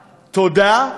תודה,